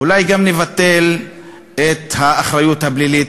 אולי גם נבטל את האחריות הפלילית,